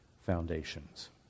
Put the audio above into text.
foundations